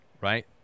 Right